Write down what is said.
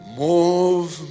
move